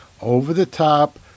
over-the-top